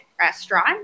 restaurant